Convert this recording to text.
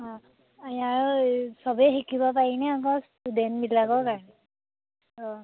আৰু চবেই শিকিব পাৰি নে অকল ইষ্টুডেণ্টবিলাকৰ কাৰণে অঁ